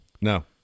No